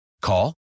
Call